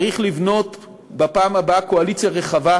צריך לבנות בפעם הבאה קואליציה רחבה,